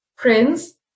Prince